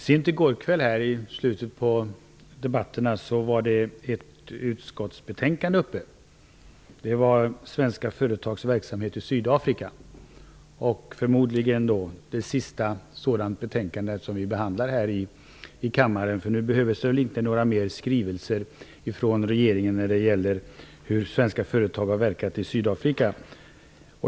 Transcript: Herr talman! Sent i går kväll debatterades ett utskottsbetänkande som gällde svenska företags verksamhet i Sydafrika. Det var förmodligen det sista betänkande i det ämnet som vi behandlar här i kammaren, för nu behövs det väl inte några mer skrivelser från regeringen när det gäller hur svenska företag har verkat i Sydafrika.